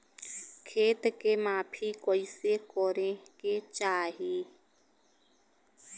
खेत के माफ़ी कईसे करें के चाही?